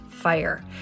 fire